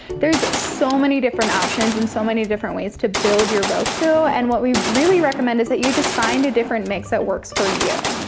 there's so many different options and so many different ways to build your roku, and what we really recommend is that you just find a different mix that works for you.